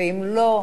ואם לא,